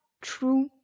true